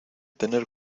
tener